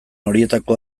horietako